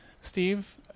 Steve